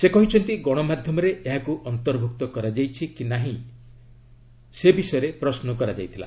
ସେ କହିଛନ୍ତି ଗଶମାଧ୍ୟମରେ ଏହାକୁ ଅନ୍ତର୍ଭୁକ୍ତ କରାଯାଇଛି କି ନାହିଁ ସେ ବିଷୟରେ ପ୍ରଶ୍ନ କରାଇଥିଲା